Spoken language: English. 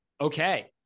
Okay